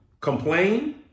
Complain